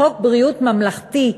חוק ביטוח בריאות ממלכתי,